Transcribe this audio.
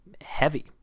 heavy